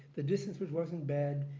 the distance which wasn't bad.